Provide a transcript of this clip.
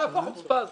מאיפה החוצפה הזאת?